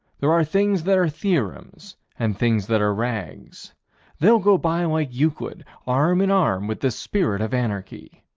there are things that are theorems and things that are rags they'll go by like euclid arm in arm with the spirit of anarchy.